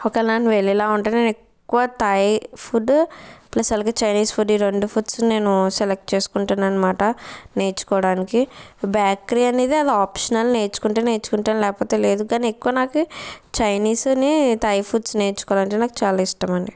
ఒకవేళ నేను వెళ్ళేలా ఉంటే ఎక్కువ థాయ్ ఫుడ్ ప్లస్ అలగే చైనీస్ ఫుడ్ రెండు ఫుడ్స్ నేను సెలెక్ట్ చసుకుంటామనన్నమాట నేర్చుకోడానికి బ్యేకరీ అనేది అది ఆప్షనల్ నేర్చుకుంటే నేర్చుకుంటాను లేకపోతే లేదు కానీ ఎక్కువ నాకి చైనీస్ని థాయ్ ఫుడ్స్ నేర్చుకోవడం అంటే నాకు చాలా ఇష్టమండి